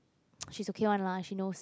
she's okay one lah she knows